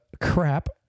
crap